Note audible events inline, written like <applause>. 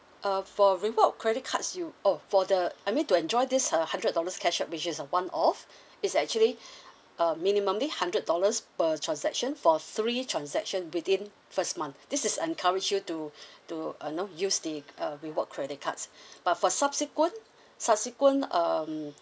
uh for reward credit cards you oh for the I mean to enjoy this uh hundred dollars cashback which is a one off <breath> is actually <breath> uh minimally hundred dollars per transaction for three transaction within first month this is encourage you to <breath> to you know use the uh reward credit cards <breath> but for subsequent subsequent um